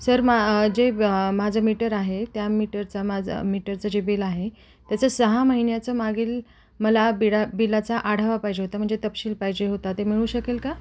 sir मा जे ब माझं मीटर आहे त्या मीटरचा माझा मीटरचं जे बिल आहे त्याचं सहा महिन्याचं मागील मला बिळा बिलाचा आढावा पाहिजे होता म्हणजे तपशील पाहिजे होता ते मिळू शकेल का